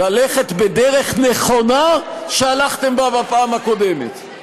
ללכת בדרך נכונה שהלכתם בה בפעם הקודמת.